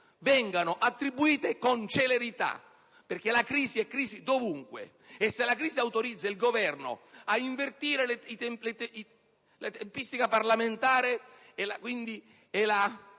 vengano attribuite con celerità, perché la crisi è tale ovunque. Ora, se quest'ultima autorizza il Governo ad invertire la tempistica parlamentare e a